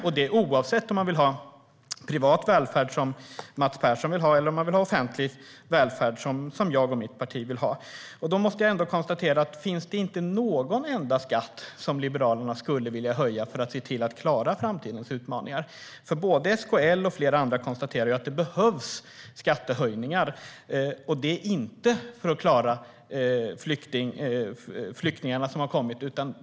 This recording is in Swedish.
Det gäller oavsett om man vill ha privat välfärd som Mats Persson vill ha eller offentlig välfärd som jag och mitt parti vill ha. Finns det inte någon enda skatt som Liberalerna skulle vilja höja för att se till att klara framtidens utmaningar? Både SKL och flera andra konstaterar att det behövs skattehöjningar. Det är inte för att klara flyktingarna som har kommit.